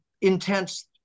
intense